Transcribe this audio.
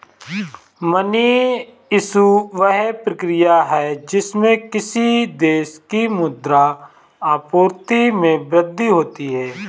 money issue, वह प्रक्रिया है जिससे किसी देश की मुद्रा आपूर्ति में वृद्धि होती है